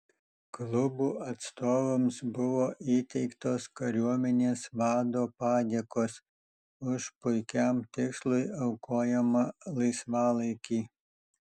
klubų atstovams buvo įteiktos kariuomenės vado padėkos už puikiam tikslui aukojamą laisvalaikį